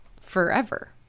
forever